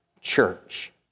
church